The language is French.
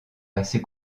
assez